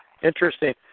Interesting